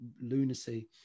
lunacy